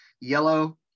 yellow